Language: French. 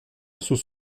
sauce